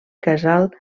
casal